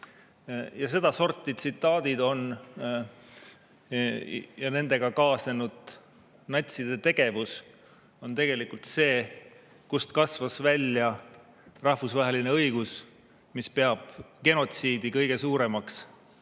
1943.Sedasorti tsitaadid ja nendega kaasnenud natside tegevus on tegelikult see, kust kasvas välja rahvusvaheline õigus, mis peab genotsiidi kõige suuremaks või